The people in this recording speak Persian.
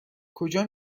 کجا